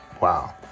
Wow